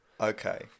Okay